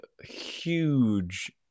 huge